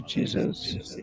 Jesus